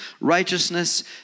righteousness